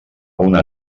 una